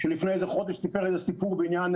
שלפני איזה חודש סיפר איזה סיפור בעניין